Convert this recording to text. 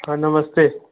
sir नमस्ते